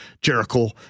Jericho